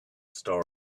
story